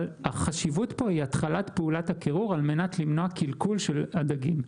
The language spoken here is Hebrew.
החשיבות כאן היא התחלת פעולת הקירור על מנת למנוע קלקול של הדגים.